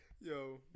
Yo